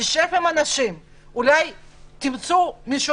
ממנו לשבת עם האנשים האלה כדי להגיע להסכמות.